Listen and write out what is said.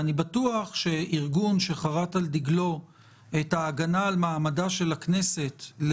אני בטוח שארגון שחרט על דגלו את ההגנה על מעמדה של הכנסת אל